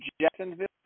Jacksonville